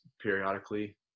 periodically